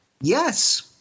yes